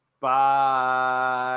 Bye